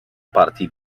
partii